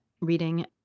reading